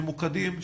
ממוקדים,